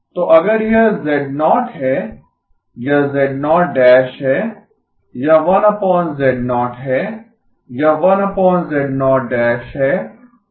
तो अगर यह z0 है यह है यह 1 z0 है यह है